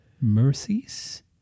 Mercies